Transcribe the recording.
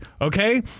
okay